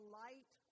light